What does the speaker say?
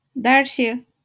Darcy